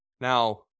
Now